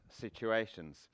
situations